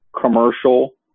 commercial